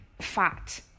fat